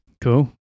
Cool